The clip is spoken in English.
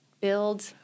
build